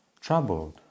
troubled